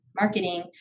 marketing